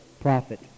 profit